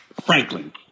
Franklin